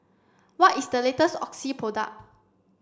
what is the latest Oxy product